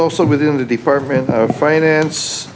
also within the department of finance